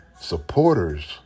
supporters